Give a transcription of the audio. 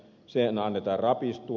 sen annetaan rapistua